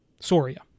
Soria